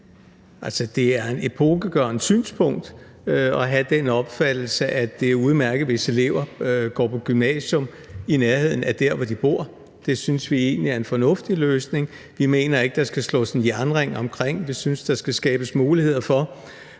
det er epokegørende at have den opfattelse, at det er udmærket, hvis elever går på et gymnasium i nærheden af, hvor de bor. Det synes vi egentlig er en fornuftig løsning. Vi mener ikke, at der skal slås en jernring omkring det. Vi synes, at der skal skabes muligheder for,